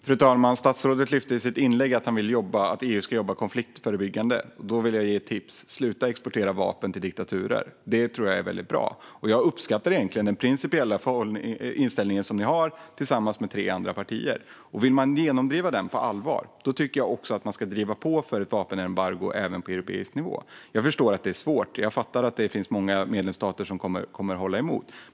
Fru talman! Statsrådet lyfte fram i sitt inlägg att han ville att EU ska jobba konfliktförebyggande. Då vill jag ge ett tips: Sluta exportera vapen till diktaturer. Det tror jag är väldigt bra. Jag uppskattar egentligen den principiella inställning som ni har tillsammans med tre andra partier. Vill man genomdriva den på allvar tycker jag att man ska driva på för ett vapenembargo även på europeisk nivå. Jag förstår att det är svårt. Jag fattar att det finns många medlemsstater som kommer att hålla emot.